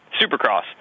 Supercross